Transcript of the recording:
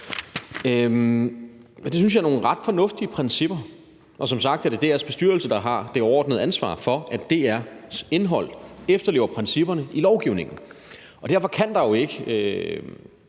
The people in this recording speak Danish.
Det synes jeg er nogle ret fornuftige principper. Og det er som sagt DR's bestyrelse, der har det overordnede ansvar for, at DR's indhold efterlever principperne i lovgivningen. Derfor kan der jo ikke,